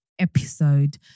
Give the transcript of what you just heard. Episode